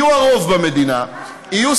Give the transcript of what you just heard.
יהיו הרוב במדינה, חס וחלילה.